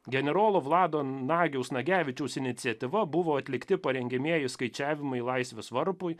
generolo vlado nagiaus nagevičiaus iniciatyva buvo atlikti parengiamieji skaičiavimai laisvės varpui